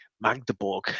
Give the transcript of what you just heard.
Magdeburg